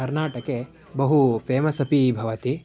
कर्नाटके बहु फ़ेमस् अपि भवति